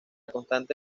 constante